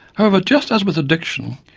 however, just as with addiction,